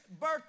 birth